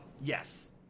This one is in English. yes